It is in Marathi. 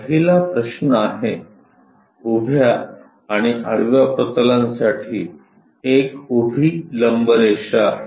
पहिला प्रश्न आहे उभ्या आणि आडव्या प्रतलांसाठी एक उभी लंबरेषा आहे